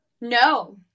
No